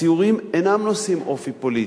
הסיורים אינם נושאים אופי פוליטי.